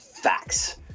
facts